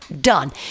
done